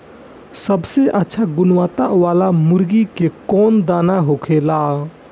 सबसे अच्छा गुणवत्ता वाला मुर्गी के कौन दाना होखेला?